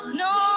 no